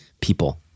people